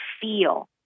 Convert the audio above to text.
feel